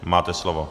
Máte slovo.